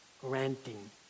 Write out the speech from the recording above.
granting